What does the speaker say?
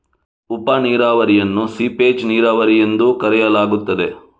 ಉಪ ನೀರಾವರಿಯನ್ನು ಸೀಪೇಜ್ ನೀರಾವರಿ ಎಂದೂ ಕರೆಯಲಾಗುತ್ತದೆ